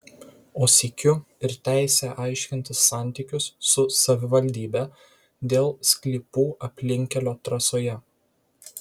o sykiu ir teisę aiškintis santykius su savivaldybe dėl sklypų aplinkkelio trasoje